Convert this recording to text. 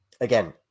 again